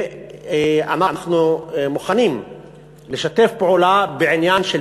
ואנחנו מוכנים לשתף פעולה בעניין של